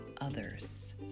others